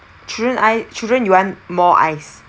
children ice children you want more ice